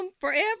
forever